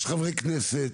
יש חברי כנסת,